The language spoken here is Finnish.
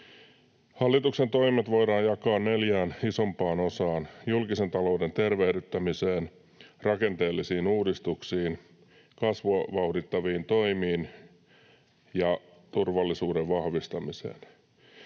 Hallituksen toimet voidaan jakaa neljään isompaan osaan: julkisen talouden tervehdyttämiseen, rakenteellisiin uudistuksiin, kasvua vauhdittaviin toimiin ja turvallisuuden vahvistamiseen.